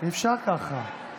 אי-אפשר ככה.